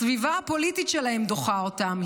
הסביבה הפוליטית שלהם דוחה אותם,